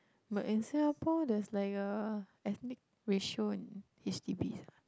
but in Singapore there's like a ethnic ratio in H_D_Bs ah